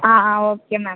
ആ ആ ഓക്കെ മാം